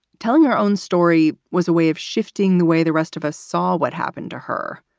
telling her own story was a way of shifting the way the rest of us saw what happened to her,